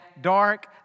dark